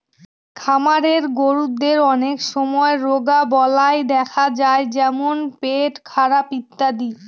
খামারের গরুদের অনেক সময় রোগবালাই দেখা যায় যেমন পেটখারাপ ইত্যাদি